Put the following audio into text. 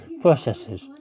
processes